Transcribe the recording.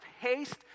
haste